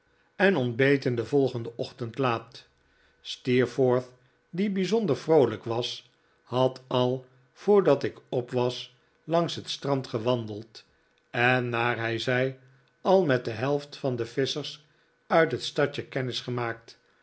en ontbeten den volgenden ochtend laat steerforth die bijzonder vroolijk was had al voordat ik op was langs het strand gewandeld en naar hij zei al met de helft van de visschers uit het stadje